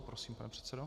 Prosím, pane předsedo.